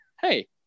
Hey